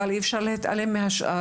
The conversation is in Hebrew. אבל אי אפשר להתעלם מהשאר,